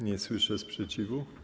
Nie słyszę sprzeciwu.